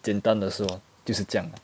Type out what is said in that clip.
简单地说就是这样